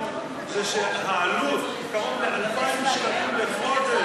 הוא שהעלות היא קרוב ל-2,000 שקלים בחודש.